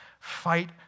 fight